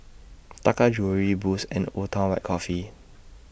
Taka Jewelry Boost and Old Town White Coffee